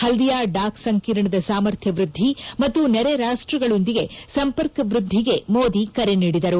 Haldia dock ಸಂಕೀರ್ಣದ ಸಾಮರ್ಥ್ಯ ವೃದ್ದಿ ಮತ್ತು ನೆರೆ ರಾಷ್ವಗಳೊಂದಿಗೆ ಸಂಪರ್ಕ ವೃದ್ದಿಗೆ ಮೋದಿ ಕರೆ ನೀಡಿದರು